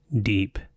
deep